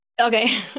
Okay